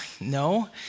no